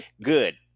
good